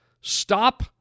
Stop